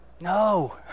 No